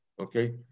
okay